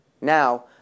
Now